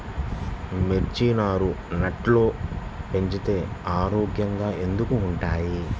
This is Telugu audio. మిర్చి నారు నెట్లో పెంచితే ఆరోగ్యంగా ఎందుకు ఉంటుంది?